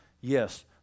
Yes